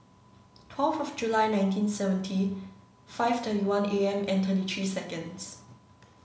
twelve of July nineteen seventy five thirty one A M and thirty three seconds